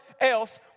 else